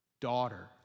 Daughter